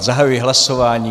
Zahajuji hlasování.